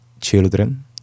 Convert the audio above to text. children